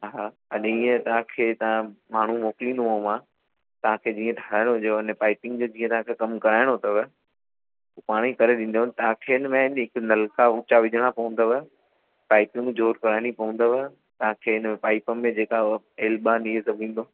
हा अने ईअं तव्हांखे तव्हां माण्हू मोकिलिंदो मां तव्हांखे जीअं ठाहिण हुजेव हुन पाइपिंग जो जीअं तव्हांखे कमु कराइणो अथव उहो पाणे ई करे ॾींदव तव्हांखे हिन में हिकु नलिका ऊंचा विझणा पवंदव पाइपियुनि ज़रूरु कराइणी पवंदव तव्हांखे हिन में पाइप में जेका उहो एल्बा इहे सभु ईंदो